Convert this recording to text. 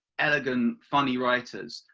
elegant funny writers.